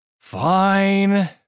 Fine